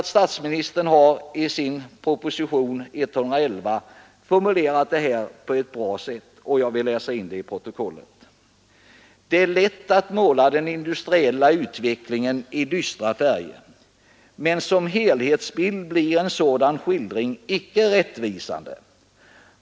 Statsministern har i propositionen 111 formulerat detta på ett bra sätt, och jag vill läsa in det i protokollet: ”Det är lätt att måla den industriella utvecklingens sociala skadeverkningar i dystra färger. Men som helhetsbild blir en sådan skildring inte rättvisande.